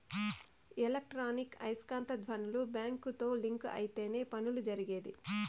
electronic ఐస్కాంత ధ్వనులు బ్యాంకుతో లింక్ అయితేనే పనులు జరిగేది